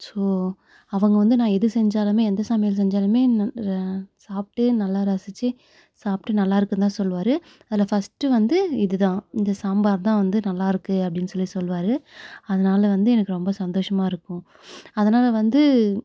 so அவங்க வந்து நான் எது செஞ்சாலும் எந்த சமையல் செஞ்சாலும் நல்லா சாப்பிட்டு நல்லா ரசித்து சாப்பிட்டு நல்லாயிருக்குந்தான் சொல்வார் அதில் ஃபஸ்ட்டு வந்து இதுதான் இந்த சாம்பார்தான் வந்து நல்லாயிருக்கு அப்படினு சொல்லி சொல்வார் அதனால வந்து எனக்கு ரொம்ப சந்தோஷமாக இருக்கும் அதனால வந்து